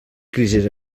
crisi